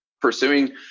pursuing